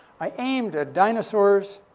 i aimed at dinosaurs,